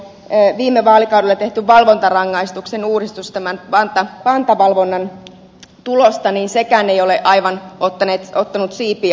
viime vaalikaudella tehty valvontarangaistuksen uudistus pantavalvonnan tulosta ei sekään ole aivan ottanut siipiä alleen